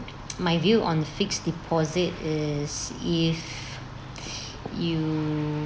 my view on fixed deposit is if you